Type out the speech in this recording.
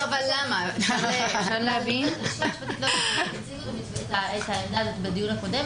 הלשכה המשפטית הציגה את העמדה הזאת בדיון הקודם.